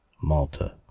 Malta